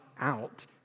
out